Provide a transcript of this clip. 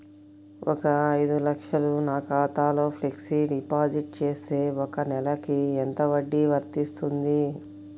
ఒక ఐదు లక్షలు నా ఖాతాలో ఫ్లెక్సీ డిపాజిట్ చేస్తే ఒక నెలకి ఎంత వడ్డీ వర్తిస్తుంది?